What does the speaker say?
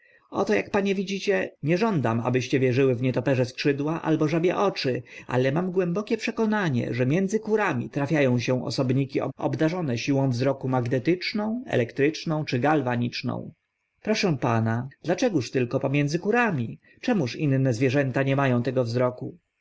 oto ak panie widzicie nie żądam abyście wierzyły w nietoperze ptak potwór skrzydła albo żabie oczy ale mam głębokie przekonanie że między kurami trafia ą się osobniki obdarzone siłą wzroku magnetyczną elektryczną czy galwaniczną proszę pana dlaczegóż tylko pomiędzy kurami czemuż inne zwierzęta nie ma ą tego wzroku